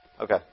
okay